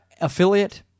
Affiliate